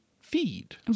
feed